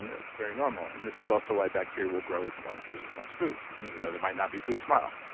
it's very normal, and this is also why bacteria will grow as and long as there's as much food because you know there might not be food tomorrow.